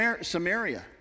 Samaria